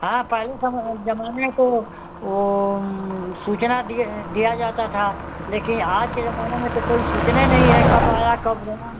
हाँ पहले समय में जमाने तो वो वो सूचना दिए दिया जाता था लेकिन आज के जमाने में तो कोई सूचना ही नहीं है कब आया कब गया